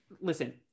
listen